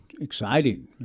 Exciting